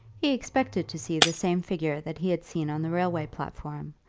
he expected to see the same figure that he had seen on the railway platform,